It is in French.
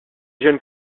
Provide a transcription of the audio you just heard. jeunes